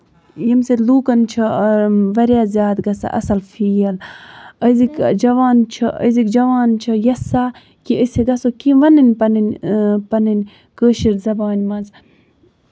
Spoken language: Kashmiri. ییٚمہِ سۭتۍ لوٗکَن واریاہ زیادٕ چھِ گژھان اَصٕل فیٖل أزِکۍ جوان چھِ أزِکۍ جِوان چھِ یَژھان کہِ أسۍ گژھو کیٚنہہ وَنٕنۍ کیٚنہہ پَنٕنۍ پَنٕنۍ کٲشِر زَبانہِ منٛز